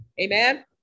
amen